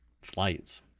flights